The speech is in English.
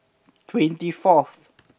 twenty fourth